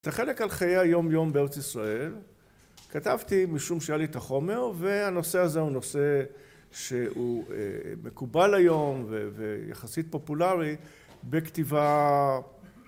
את החלק על חיי היום יום בארץ ישראל כתבתי משום שהיה לי את החומר והנושא הזה הוא נושא שהוא מקובל היום ויחסית פופולארי בכתיבה